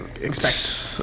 expect